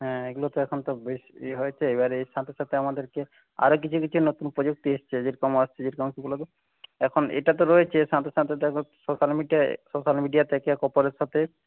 হ্যাঁ এইগুলো তো এখনতো বেশ হয়েছে এবারে সাথে সাথে আমাদেরকে আরও কিছু কিছু নতুন প্রযুক্তি এসছে যেরকম গুলোতো এখন এটাতো রয়েছে সাথে সাথে তো এখন সোশ্যাল মিডিয়ায় সোশ্যাল মিডিয়াতে একে অপরের সাথে